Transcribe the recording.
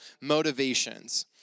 motivations